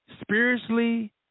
spiritually